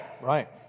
right